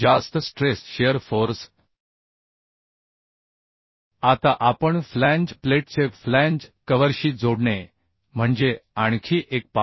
जास्त stress shear force आता आपण फ्लॅंज प्लेटचे फ्लॅंज कव्हरशी जोडणे म्हणजे आणखी एक पाहू